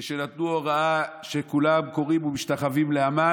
כשנתנו הוראה שכולם כורעים ומשתחווים להמן,